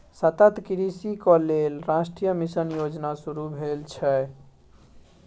सतत कृषिक लेल राष्ट्रीय मिशन योजना शुरू भेल छै